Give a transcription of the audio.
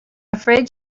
afraid